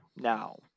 Now